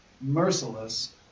merciless